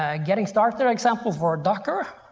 ah getting started examples for docker,